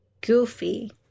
Goofy